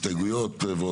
תעשי טובה.